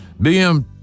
BM